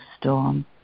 storm